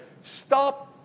stop